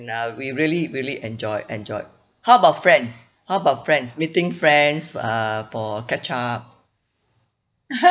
uh we really really enjoy enjoyed how about friends how about friends meeting friends uh for catch up